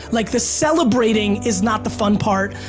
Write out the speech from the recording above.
like the celebrating is not the fun part,